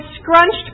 scrunched